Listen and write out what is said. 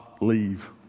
leave